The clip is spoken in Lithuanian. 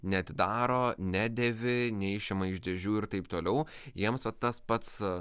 neatidaro nedėvi neišima iš dėžių ir taip toliau jiems vat tas pats